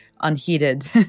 unheated